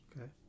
Okay